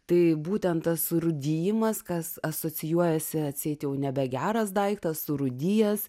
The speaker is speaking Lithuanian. tai būtent tas surūdijimas kas asocijuojasi atseit jau nebe geras daiktas surūdijęs